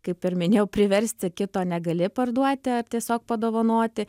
kaip ir minėjau priversti kito negali parduoti ar tiesiog padovanoti